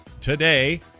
today